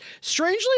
Strangely